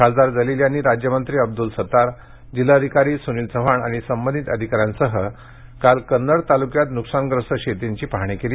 खासदार जलील यांनी राज्यमंत्री अब्द्ल सत्तार जिल्हाधिकारी सुनील चव्हाण आणि संबंधित अधिकाऱ्यांसह काल कन्नड तालुक्यात नुकसानग्रस्त शेतीची पाहणी केली